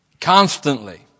constantly